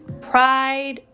pride